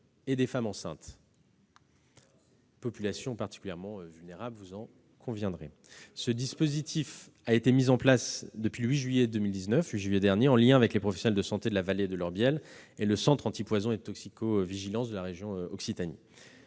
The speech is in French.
et des femmes enceintes, populations particulièrement vulnérables, vous en conviendrez. Et les autres ? Ce dispositif a été mis en place à partir du 8 juillet 2019 en liaison avec les professionnels de santé de la vallée de l'Orbiel et le Centre antipoison et de toxicovigilance de la région Occitanie.